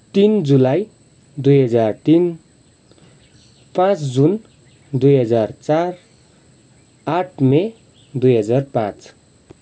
तिन जुलाई दुई हजार तिन पाँच जुन दुई हजार चार आठ मई दुई हजार पाँच